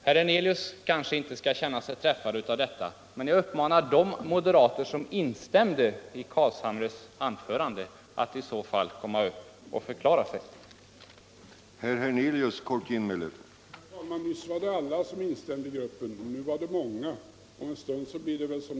Herr Hernelius skall alltså inte känna sig träffad, men nog borde väl någon av alla de moderater som instämde i herr Carlshamres anförande våga stå upp och förklara varför man svikit sitt löfte från december.